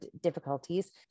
difficulties